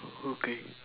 okay